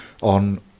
on